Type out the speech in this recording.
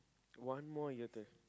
one more year to